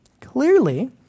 Clearly